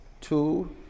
two